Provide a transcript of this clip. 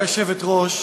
גברתי היושבת-ראש,